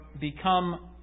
become